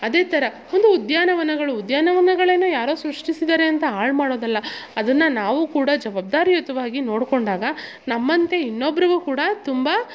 ಅದೇ ಥರ ಒಂದು ಉದ್ಯಾನವನಗಳು ಉದ್ಯಾನವನಗಳನ್ನು ಯಾರೋ ಸೃಷ್ಟಿಸಿದ್ದಾರೆ ಅಂತ ಹಾಳು ಮಾಡೋದಲ್ಲ ಅದನ್ನು ನಾವು ಕೂಡ ಜವಬ್ದಾರಿಯುತವಾಗಿ ನೋಡಿಕೊಂಡಾಗ ನಮ್ಮಂತೆ ಇನ್ನೊಬ್ಬರಿಗು ಕೂಡ ತುಂಬ